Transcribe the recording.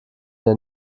der